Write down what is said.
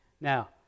Now